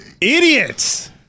idiots